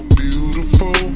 beautiful